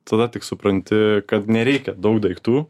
tada tik supranti kad nereikia daug daiktų